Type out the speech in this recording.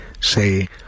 say